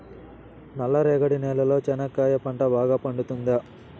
నల్ల రేగడి నేలలో చెనక్కాయ పంట బాగా పండుతుందా?